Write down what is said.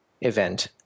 event